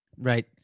Right